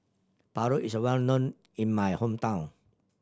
paru is a well known in my hometown